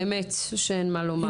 באמת שאין מה לומר.